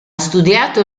studiato